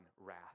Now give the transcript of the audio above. wrath